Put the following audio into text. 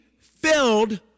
filled